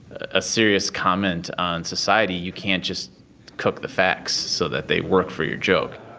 ah serious comment on society, you can't just cook the facts so that they work for your joke